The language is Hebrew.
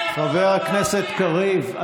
חבר הכנסת קריב,